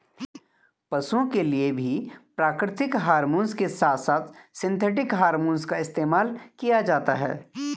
पशुओं के लिए भी प्राकृतिक हॉरमोन के साथ साथ सिंथेटिक हॉरमोन का इस्तेमाल किया जाता है